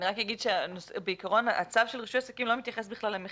אני רק אגיד שהצו של רישוי עסקים לא מתייחס בכלל למכירה.